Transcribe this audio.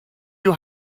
you